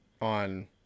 on